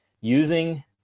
using